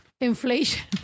Inflation